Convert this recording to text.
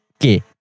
okay